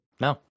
No